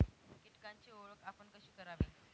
कीटकांची ओळख आपण कशी करावी?